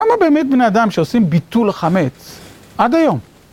למה באמת בני אדם שעושים ביטול חמץ, עד היום,